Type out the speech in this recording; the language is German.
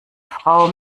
frau